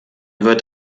wird